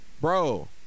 Bro